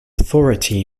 authority